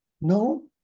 No